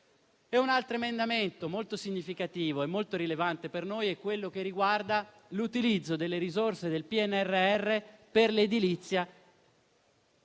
Un altro emendamento molto significativo e molto rilevante per noi è quello che riguarda l'utilizzo delle risorse del PNRR per l'edilizia